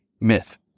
myth